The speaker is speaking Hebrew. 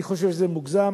אני חושב שזה מוגזם,